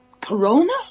corona